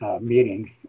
meetings